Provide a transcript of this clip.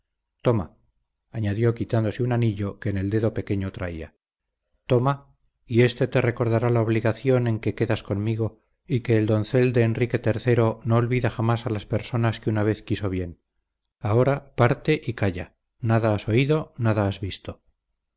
toma añadió quitándose un anillo que en el dedo pequeño traía toma y éste te recordará la obligación en que quedas conmigo y que el doncel de enrique iii no olvida jamás a las personas que una vez quiso bien ahora parte y calla nada has oído nada has visto